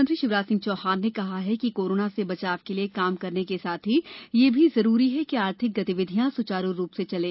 मुख्यमंत्री शिवराज सिंह चौहान ने कहा है कि कोरोना से बचाव के लिये काम करने के साथ ही यह भी जरूरी है कि आर्थिक गतिविधियां सुचारू रूप से चलें